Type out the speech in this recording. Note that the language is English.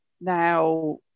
now